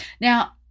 Now